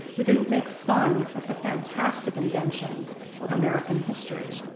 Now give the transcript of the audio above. who didn't make fun of the fantastic inventions of american history.